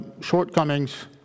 shortcomings